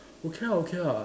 okay ah okay ah